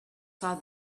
saw